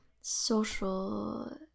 social